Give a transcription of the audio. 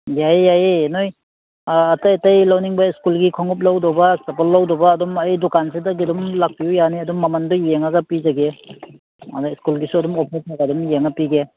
ꯌꯥꯏꯌꯦ ꯌꯥꯏꯌꯦ ꯅꯣꯏ ꯑꯥ ꯑꯇꯩ ꯑꯇꯩ ꯂꯧꯅꯤꯡꯕ ꯁ꯭ꯀꯨꯜꯒꯤ ꯈꯣꯡꯎꯞ ꯂꯧꯗꯧꯕ ꯆꯄꯜ ꯂꯧꯗꯧꯕ ꯑꯗꯨꯝ ꯑꯩ ꯗꯨꯀꯥꯟꯁꯤꯗꯒꯤ ꯑꯗꯨꯝ ꯂꯥꯛꯄꯤꯎ ꯌꯥꯅꯤ ꯑꯗꯨꯝ ꯃꯃꯟꯗꯨ ꯌꯦꯡꯂꯒ ꯄꯤꯖꯒꯦ ꯑꯗ ꯁ꯭ꯀꯨꯜꯒꯤꯁꯨ ꯑꯗꯨꯝ ꯑꯣꯐꯔ ꯈꯔ ꯑꯗꯨꯝ ꯌꯦꯡꯂꯒ ꯄꯤꯒꯦ